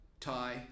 tie